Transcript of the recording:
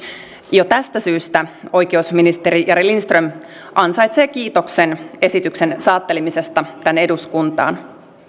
jo tästä syystä oikeusministeri jari lindström ansaitsee kiitoksen esityksen saattelemisesta tänne eduskuntaan